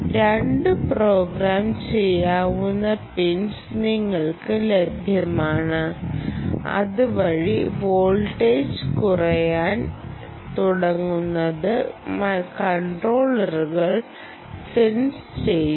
രണ്ട് പ്രോഗ്രാം ചെയ്യാവുന്ന പിൻസ് നിങ്ങൾക്ക് ലഭ്യമാണ് അത് വഴി വോൾട്ടേജ് കുറയാൻ തുടങ്ങുന്നത് മൈക്രോകൺട്രോളർ സെൻസ് ചെയ്യുന്നു